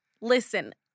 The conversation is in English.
Listen